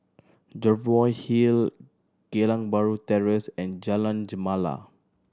Jervoi Hill Geylang Bahru Terrace and Jalan Gemala